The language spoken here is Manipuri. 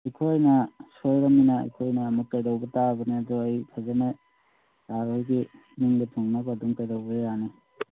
ꯑꯩꯈꯣꯏꯅ ꯁꯣꯏꯔꯃꯤꯅ ꯑꯩꯈꯣꯏꯅ ꯑꯃꯨꯛ ꯀꯩꯗꯧꯕ ꯇꯥꯕꯅꯦ ꯑꯗꯣ ꯑꯩ ꯐꯖꯅ ꯁꯥꯔ ꯍꯣꯏꯒꯤ ꯅꯤꯡꯕ ꯊꯨꯡꯅꯕ ꯑꯗꯨꯝ ꯀꯩꯗꯧꯒꯦ ꯌꯥꯅꯤ